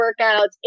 workouts